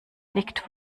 liegt